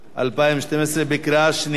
התשע"ב 2012, בקריאה שנייה.